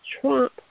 trump